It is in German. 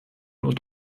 und